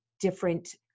different